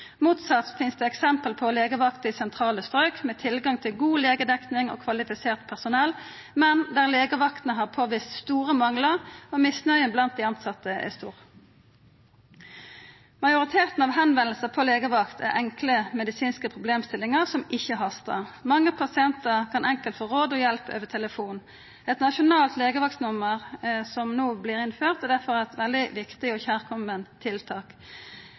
Motsett finst det eksempel på legevakter i sentrale strok med tilgang til god legedekning og kvalifisert personell, men der legevaktene har påvist store manglar, og der misnøya blant dei tilsette er stor. Majoriteten av dei som kontaktar legevakta, gjer det på grunn av enkle medisinske problemstillingar som ikkje hastar. Mange pasientar kan enkelt få råd og hjelp over telefonen. Eit nasjonalt legevaktnummer, som no vert innført, er difor eit veldig viktig og kjærkome tiltak.